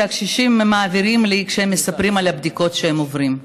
הקשישים מעבירים לי כשהם מספרים על הבדיקות שהם עוברים.